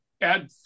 add